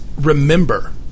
remember